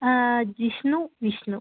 Jishnu Vishnu